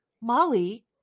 Molly